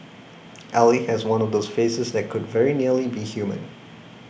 Ally has one of those faces that could very nearly be human